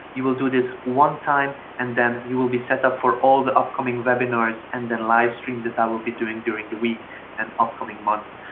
you will do this one time and then you will be set up for all the upcoming webinars and the live streams that i will be doing during the week and upcoming months.